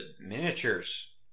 miniatures